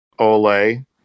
ole